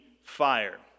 fire